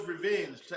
Revenge